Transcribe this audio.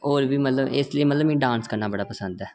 होर बी मतलब मिगी डांस करना बड़ा पसंद ऐ